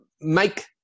make